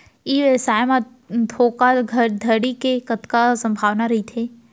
ई व्यवसाय म धोका धड़ी के कतका संभावना रहिथे?